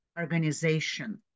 organization